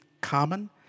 common